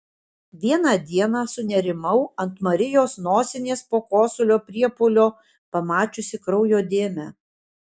vieną dieną sunerimau ant marijos nosinės po kosulio priepuolio pamačiusi kraujo dėmę